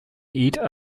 eat